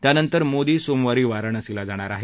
त्यानंतर मोदी सोमवारी वाराणसीला जाणार आहेत